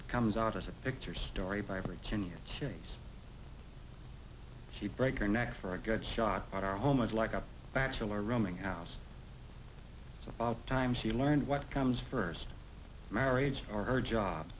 it comes out as a picture story by virginia chase she break your neck for a good shot at our home i'd like a bachelor rooming house so bob time she learned what comes first marriage or her job